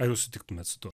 ar jūs sutiktumėt su tuo